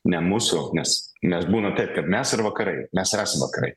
ne mūsų nes mes būna taip kad mes ir vakarai mes ir esam vakarai